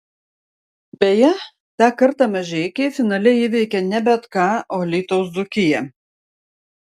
beje tą kartą mažeikiai finale įveikė ne bet ką o alytaus dzūkiją